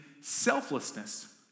selflessness